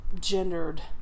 gendered